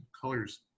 colors